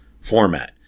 format